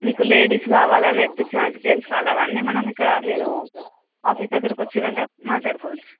మీకు లేడీస్ కావాలా నేర్పించడానికి జెంట్స్ కావాలా అవి అన్నీ మనం ఇక్కడ మీరు ఆఫీస్ దగ్గరికి వచ్చారంటే మాట్లాడుకోవచ్చు